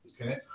Okay